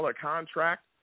contract